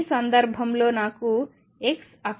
ఈ సందర్భంలో నాకు x అక్షం ఉంది